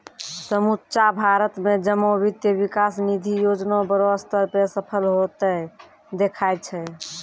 समुच्चा भारत मे जमा वित्त विकास निधि योजना बड़ो स्तर पे सफल होतें देखाय छै